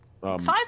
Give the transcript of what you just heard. five